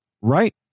Right